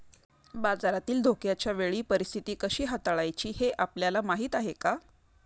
बाजारातील धोक्याच्या वेळी परीस्थिती कशी हाताळायची हे आपल्याला माहीत आहे का?